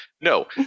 No